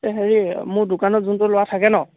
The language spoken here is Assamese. এই হেৰি মোৰ দোকানত যোনটো ল'ৰা থাকে নহ্